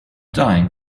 dying